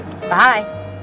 Bye